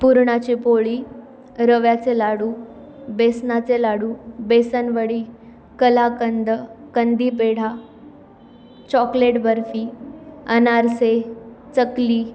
पुरणाची पोळी रव्याचे लाडू बेसनाचे लाडू बेसनवडी कलाकंद कंदीपेढा चॉकलेट बर्फी अनारसे चकली